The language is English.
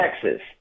Texas